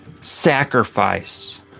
sacrifice